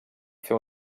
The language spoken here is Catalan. fer